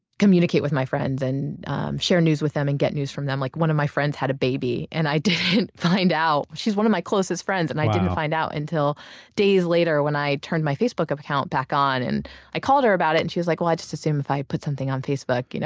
communicate with my friends and share news with them and get news from them. like one of my friends had a baby. and i didn't find out, she's one of my closest friends and i didn't find out until days later when i turned my facebook account back on. i called her about it and she was like, well, i just assumed if i put something on facebook, you know